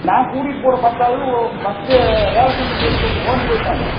நான் கூட்டிகிட்டு போன பத்தாள் ஓ ஃபர்ஸ்டு வேலை செஞ்சங்காட்டி கொஞ்சம் ஓஞ்சு போயிவிட்டாங்க